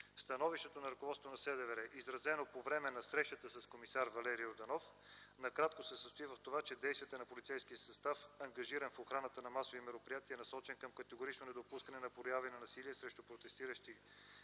Становището на ръководството на СДВР изразено по време на срещата с комисар Валери Йорданов накратко се състои в това, че действията на полицейския състав, ангажиран в охраната на масови мероприятия, е насочен към категорично недопускане на прояви на насилие срещу протестиращи